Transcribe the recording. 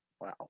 Wow